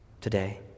today